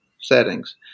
settings